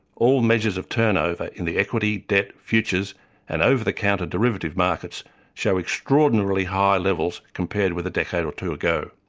all measures of turnover in the equity, debt, futures and over-the-counter derivative markets show extraordinarily high levels compared with a decade or two ago.